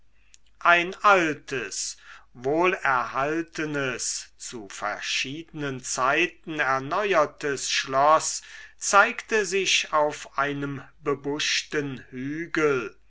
ein altes wohlerhaltenes zu verschiedenen zeiten erneuertes schloß zeigte sich auf einem bebuschten hügel